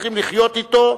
צריכים לחיות אתו,